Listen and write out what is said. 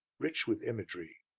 rich with imagery.